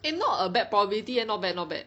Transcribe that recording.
it's not a bad probability eh not bad not bad